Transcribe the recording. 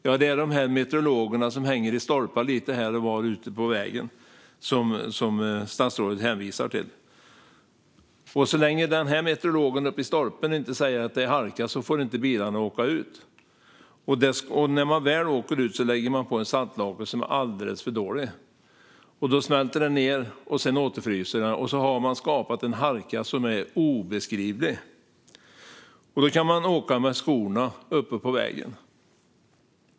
Ja, det är de här meteorologiska stationerna som hänger i stolpar lite här och var ute på vägen som statsrådet hänvisar till. Så länge den meteorologiska stationen i stolpen inte säger att det är halka får bilarna inte åka ut. Och när man väl åker ut lägger man på en saltlake som är alldeles för dålig. Den smälter ned, och sedan återfryser det. Då har man skapat en halka som är obeskrivlig; man kan åka på skorna på vägen.